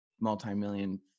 multi-million